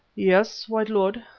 yes, white lord,